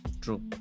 True